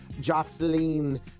Jocelyn